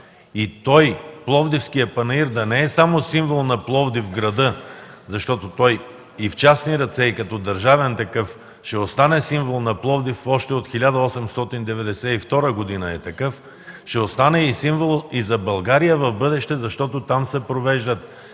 и той, Пловдивският панаир, да не е само символ на Пловдив – града, защото той и в частни ръце, и като държавен такъв ще остане символ на Пловдив – още от 1892 г. е такъв, ще остане символ и за България за в бъдеще, защото там се провеждат